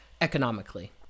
economically